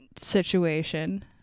situation